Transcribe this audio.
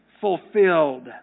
fulfilled